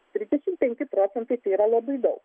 trisdešimt penki procentai tai yra labai daug